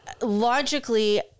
logically